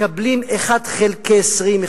מקבלים 1 חלקי 20,